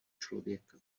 člověka